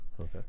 Okay